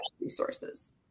resources